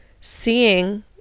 seeing